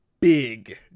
big